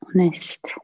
honest